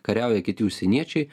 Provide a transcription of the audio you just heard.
kariauja kiti užsieniečiai